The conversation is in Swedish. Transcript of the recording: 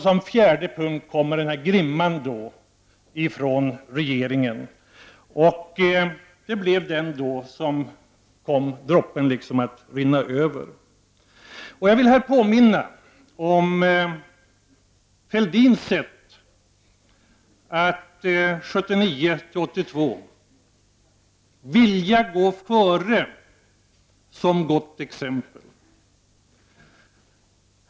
Som ytterligare en punkt kommer den här grimman från regeringen. Det blev den som fick bägaren att rinna över. Jag vill här påminna om Fälldins sätt att 1979-1982 föregå med gott exempel.